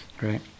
right